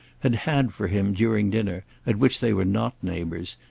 had had for him, during dinner, at which they were not neighbours,